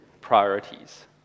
priorities